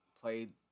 played